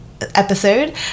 episode